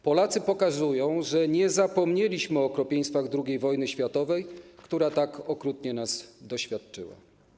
Polacy pokazują, że nie zapomnieli o okropieństwach II wojny światowej, która tak okrutnie nas doświadczyła.